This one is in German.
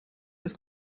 das